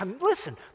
listen